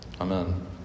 Amen